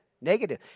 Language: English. Negative